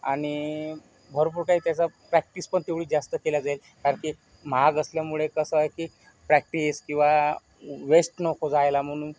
आणि भरपूर काय त्याचा प्रॅक्टिस पण तेवढी जास्त केली जाईल कारण की महाग असल्यामुळे कसं आहे की प्रॅक्टिस किंवा वेस्ट नको जायला म्हणून